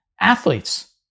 athletes